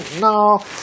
No